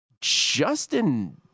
Justin